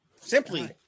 Simply